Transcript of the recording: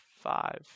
five